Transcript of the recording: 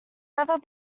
never